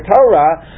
Torah